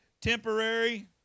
temporary